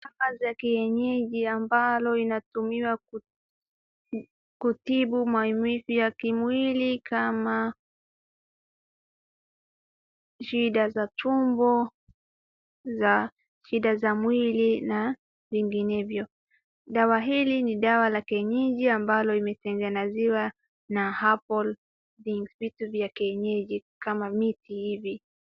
Dawa za kienyeji ambalo linatumiwa kutibu maumivu ya kimwili, kama shida za tumbo, za shida za mwili, na vinginevyo. Dawa hili ni dawa la kienyeji ambalo imetengenezwa na herbal things , vitu vya kienyeji, kama miti hivi.